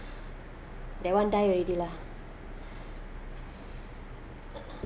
that [one] die already lah